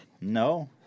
No